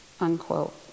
unquote